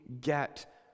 get